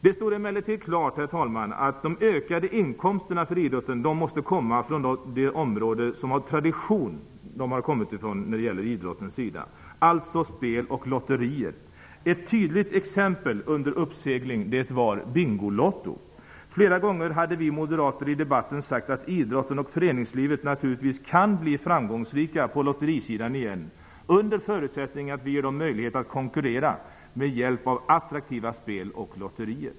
Det stod emellertid klart, herr talman, att de ökade inkomsterna till idrotten måste komma från det område som de av tradition kommit ifrån, dvs. spel och lotterier. Ett tydligt exempel som var under uppsegling var Bingolotto. Flera gånger hade vi moderater i debatten sagt att idrotten och föreningslivet naturligtvis kan bli framgångsrika på lotterisidan igen, detta under förutsättning att vi med hjälp av attraktiva spel och lotterier ger dem möjlighet till att konkurrera.